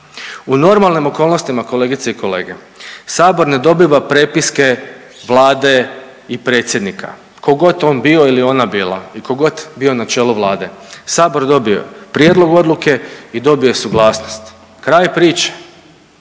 U normalnim okolnostima kolegice i kolege Sabor ne dobiva prepiske Vlade i predsjednika tko god on bio ili ona bila i tko god bio na čelu Vlade. Sabor dobije prijedlog odluke i dobije suglasnost, kraj priče.